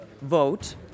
vote